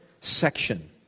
section